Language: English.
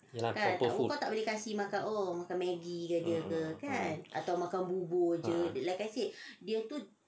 ye lah proper food um um um um